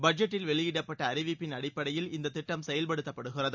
பட்ஜெட்டில் வெளியிடப்பட்ட அறிவிப்பின் இந்த திட்டம செயல்படுத்தப்படுகிறது